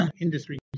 industry